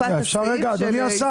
אפשר רגע, אדוני השר?